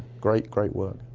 great, great work.